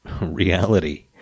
reality